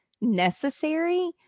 necessary